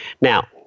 Now